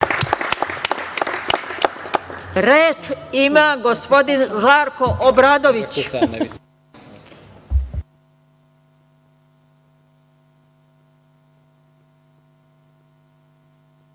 Reč ima gospodin Žarko Obradović.